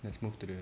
let's move to the